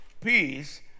peace